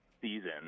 season